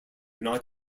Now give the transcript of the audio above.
not